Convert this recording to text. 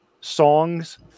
songs